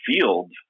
field